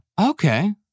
Okay